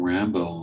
Rambo